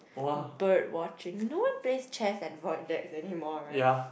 bird watching no one plays chess at void decks anymore right